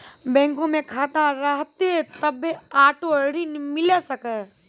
बैंको मे खाता रहतै तभ्भे आटो ऋण मिले सकै